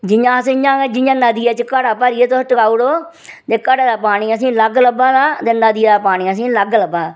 जि'यां अस इ'यां गै जियां नदिया च घड़ा भरियै तुस टकाऊ उड़ो ते घड़े दा पानी असेंगी लग्ग लब्भा दा ते नदिये दा पानी असेंगी लग्ग लब्भा दा